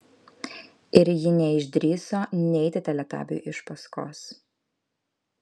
ir ji neišdrįso neiti teletabiui iš paskos